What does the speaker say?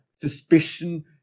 suspicion